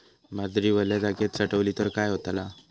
बाजरी वल्या जागेत साठवली तर काय होताला?